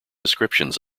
descriptions